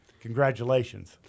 Congratulations